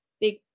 big